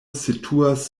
situas